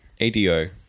ADO